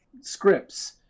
scripts